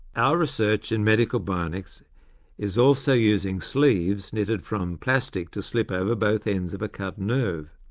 our research in medical bionics is also using sleeves knitted from plastic to slip over both ends of a cut nerve.